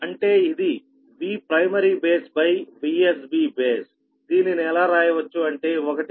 అంటే ఇది V primary base VsB baseదీనిని ఎలా రాయవచ్చు అంటే 1a